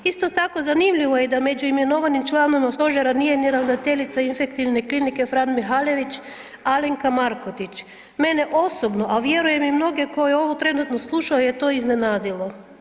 Isto tako zanimljivo je da među imenovanim članovima stožera nije ni ravnateljica infektivne klinike „Fran Mihaljević“ Alenka Markotić, mene osobno, a vjerujem i mnoge koji ovo trenutno slušaju je to iznenadilo.